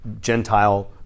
Gentile